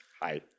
Hi